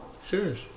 Serious